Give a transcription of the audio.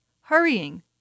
Hurrying